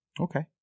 Okay